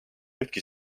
ühtki